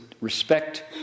respect